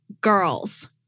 girls